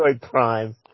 Prime